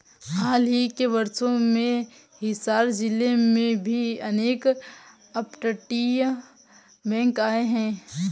हाल ही के वर्षों में हिसार जिले में भी अनेक अपतटीय बैंक आए हैं